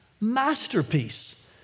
masterpiece